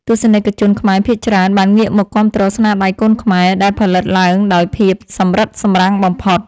ទស្សនិកជនខ្មែរភាគច្រើនបានងាកមកគាំទ្រស្នាដៃកូនខ្មែរដែលផលិតឡើងដោយភាពសម្រិតសម្រាំងបំផុត។